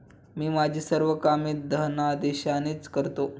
मी माझी सर्व कामे धनादेशानेच करतो